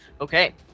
okay